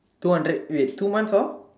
two hundred wait two months of